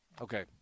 Okay